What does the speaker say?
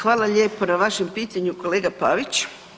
Hvala lijepo na vašem pitanju kolega Pavić.